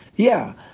yeah.